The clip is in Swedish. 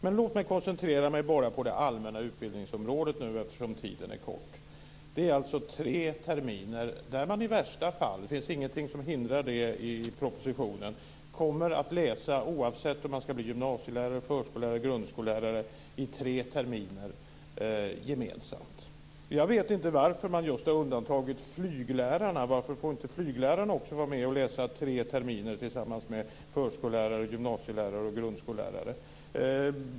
Men låt mig koncentrera mig på det allmänna utbildningsområdet eftersom tiden är kort. Det är alltså fråga om tre terminer. I värsta fall - det finns ingenting i propositionen som hindrar det - kommer man att läsa, oavsett om man ska bli gymnasielärare, förskollärare eller grundskollärare, gemensamt i tre terminer. Jag vet inte varför man har undantagit just flyglärarna. Varför får inte flyglärarna vara med och läsa tre terminer tillsammans med förskollärare, gymnasielärare och grundskollärare?